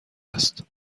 است